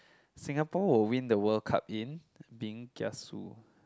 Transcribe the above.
Singapore will win the World Cup in being kiasu